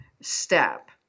step